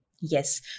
Yes